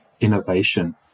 innovation